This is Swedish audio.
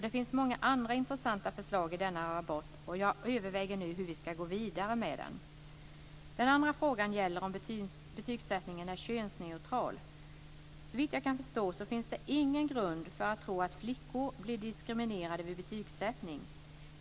Det finns många andra intressanta förslag i denna rapport, och jag överväger nu hur vi skall gå vidare med denna. Den andra frågan gäller om betygssättningen är könsneutral. Såvitt jag kan förstå finns det ingen grund för att tro att flickor blir diskriminerade vid betygssättningen.